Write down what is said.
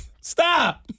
Stop